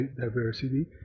diversity